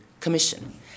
commission